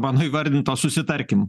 mano įvardinto susitarkim